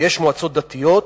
ויש מועצות דתיות,